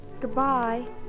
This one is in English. Goodbye